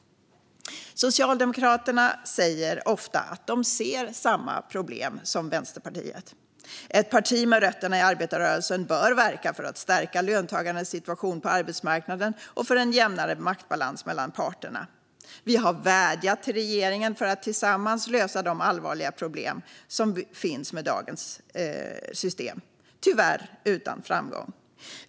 Socialdemokraterna säger ofta att de ser samma problem som Vänsterpartiet. Ett parti med rötterna i arbetarrörelsen bör verka för att stärka löntagarnas situation på arbetsmarknaden och för en jämnare maktbalans mellan parterna. Vi har vädjat till regeringen om att tillsammans lösa de allvarliga problem som finns med dagens system, tyvärr utan framgång.